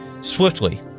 Swiftly